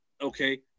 Okay